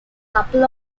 couple